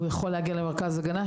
הוא יכול להגיע למרכז הגנה.